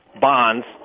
bonds